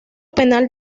penal